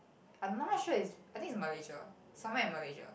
I'm not sure is I think it's Malaysia somewhere in Malaysia